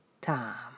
time